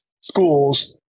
schools